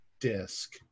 disc